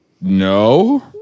No